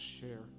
share